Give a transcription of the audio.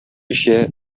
эчә